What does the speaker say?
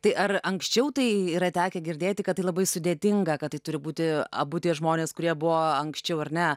tai ar anksčiau tai yra tekę girdėti kad tai labai sudėtinga kad tai turi būti abu tie žmonės kurie buvo anksčiau ar ne